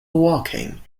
walking